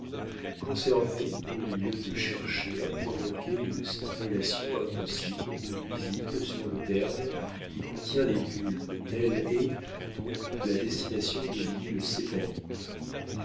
conserver au lieu de chercher à provoquer une stimulation impossible ou nuisible sur le derme qui contient les bulbes telle est donc la destination de l'huile céphalique